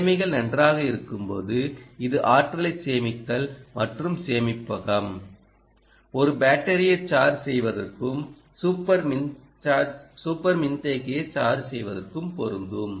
நிலைமைகள் நன்றாக இருக்கும்போது இது ஆற்றலைச் சேமித்தல் மற்றும் சேமிப்பகம் ஒரு பேட்டரியை சார்ஜ் செய்வதற்கும் சூப்பர் மின்தேக்கியை சார்ஜ் செய்வதற்கும் பொருந்தும்